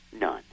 None